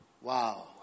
Wow